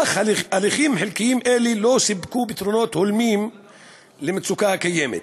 אך ההליכים החלקיים האלה לא סיפקו פתרונות הולמים למצוקה הקיימת.